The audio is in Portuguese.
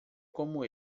como